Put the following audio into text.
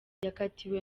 yakatiwe